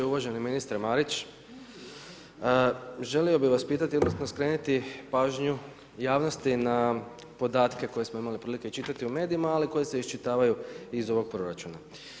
Uvaženi ministre Marić, želio bih vas pitati, odnosno skrenuti pažnju javnosti na podatke koje smo imali prilike čitati u medijima, ali koji se iščitavaju iz ovog proračuna.